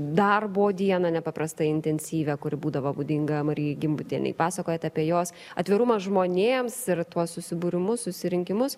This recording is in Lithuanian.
darbo dieną nepaprastai intensyvią kuri būdavo būdinga marijai gimbutienei pasakojat apie jos atvirumą žmonėms ir tuos susibūrimus susirinkimus